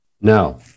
No